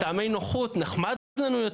מטעמי נוחות לנו יותר,